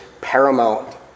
paramount